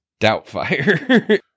Doubtfire